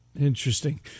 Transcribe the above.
Interesting